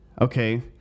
okay